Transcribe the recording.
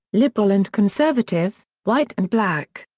liberal and conservative, white and black.